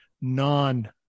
non